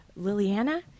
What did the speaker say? Liliana